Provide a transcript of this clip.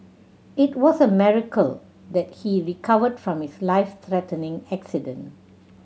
it was a miracle that he recovered from his life threatening accident